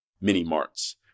mini-marts